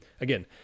again